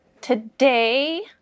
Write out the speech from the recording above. today